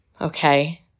Okay